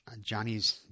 Johnny's